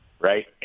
Right